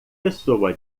pessoa